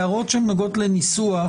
הערות שנוגעות לניסוח,